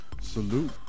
Salute